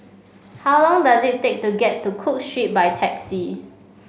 how long does it take to get to Cook Street by taxi